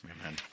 Amen